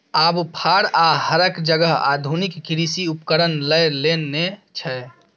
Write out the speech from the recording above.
आब फार आ हरक जगह आधुनिक कृषि उपकरण लए लेने छै